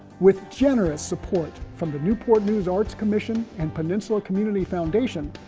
with generous support from the newport news arts commission and peninsula community foundation,